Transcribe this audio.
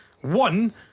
One